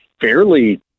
fairly